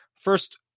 first